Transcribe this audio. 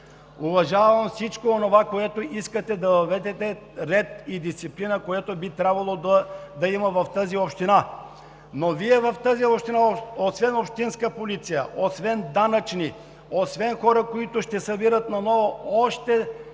Уважавам всичко онова, което искате да въведете – ред и дисциплина, което би трябвало да има в общините, но Вие в тези общини освен общинска полиция, освен данъчни и хора, които ще събират наново още